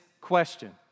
question